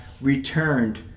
returned